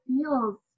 feels